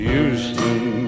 Houston